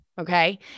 okay